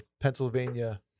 Pennsylvania